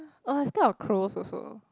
i was scared of crows also